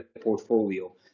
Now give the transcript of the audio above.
portfolio